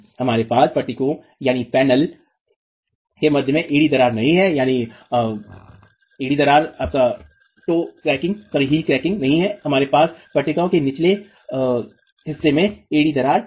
हमारे पास पट्टिकों के मध्य में एड़ी दरार नहीं है हमारे पास पट्टिकों के निचले हिस्से में एड़ी दरार है